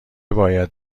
باید